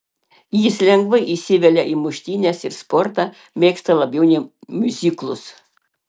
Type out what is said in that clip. jis lengvai įsivelia į muštynes ir sportą mėgsta labiau nei miuziklus